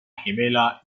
gemela